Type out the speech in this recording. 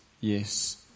yes